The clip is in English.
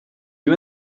you